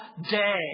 day